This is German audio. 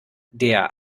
der